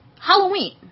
Halloween